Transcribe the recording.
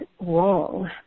wrong